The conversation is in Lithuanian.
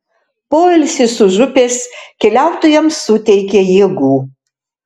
poilsis už upės keliautojams suteikė jėgų